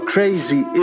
Crazy